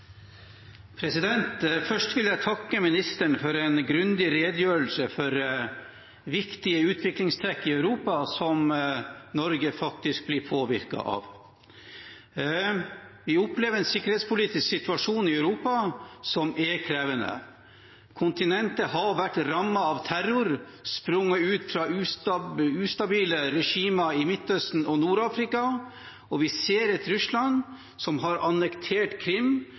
Først vil jeg takke ministeren for en grundig redegjørelse om viktige utviklingstrekk i Europa som Norge faktisk blir påvirket av. Vi opplever en sikkerhetspolitisk situasjon i Europa som er krevende. Kontinentet har vært rammet av terror sprunget ut av ustabile regimer i Midtøsten og Nord-Afrika, og vi ser et Russland som har annektert Krim,